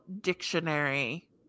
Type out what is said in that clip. dictionary